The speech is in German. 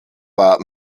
war